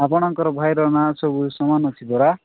ଆପଣଙ୍କର ଭାଇର ନାଁ ସବୁ ସମାନ ଅଛି ପରା